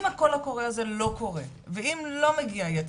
אם הקול הקורא הזה לא קורה ואם לא מגיע יצרן,